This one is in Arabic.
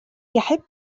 يحب